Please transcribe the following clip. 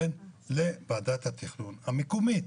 יהיה כפוף לוועדת התכנון המקומית,